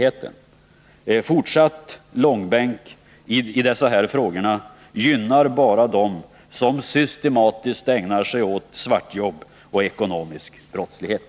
En fortsatt ”långbänk” i dessa frågor gynnar bara dem som systematiskt ägnar sig åt svartjobb och ekonomisk brottslighet.